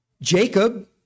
Jacob